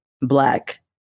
Black